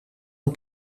een